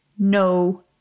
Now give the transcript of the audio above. no